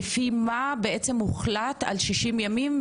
לפי מה הוחלט על 60 ימים,